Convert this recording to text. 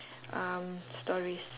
um stories